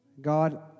God